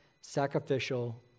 sacrificial